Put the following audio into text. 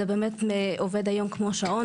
זה באמת עובד היום כמו שעון.